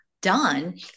done